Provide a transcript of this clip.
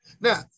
Now